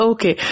Okay